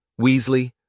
Weasley